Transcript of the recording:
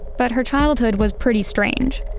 but her childhood was pretty strange.